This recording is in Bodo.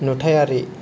नुथायारि